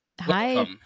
Hi